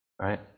Right